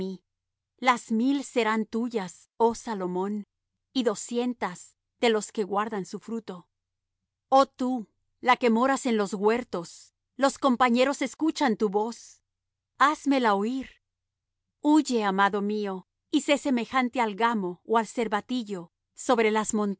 las mil serán tuyas oh salomón y doscientas de los que guardan su fruto oh tú la que moras en los huertos los compañeros escuchan tu voz házmela oir huye amado mío y sé semejante al gamo ó al cervatillo sobre las